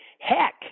Heck